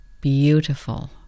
beautiful